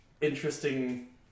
interesting